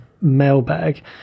mailbag